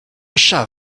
chat